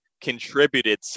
contributed